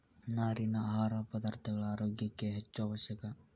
ನಾರಿನ ಆಹಾರ ಪದಾರ್ಥಗಳ ಆರೋಗ್ಯ ಕ್ಕ ಹೆಚ್ಚು ಅವಶ್ಯಕ